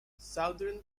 southern